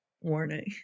warning